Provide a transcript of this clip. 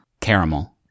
caramel